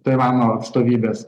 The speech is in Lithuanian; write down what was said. taivano atstovybės